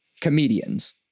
comedians